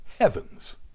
Heavens